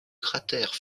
cratère